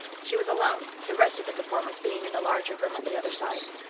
she was alone, the rest of the performers being in the larger room on the other side.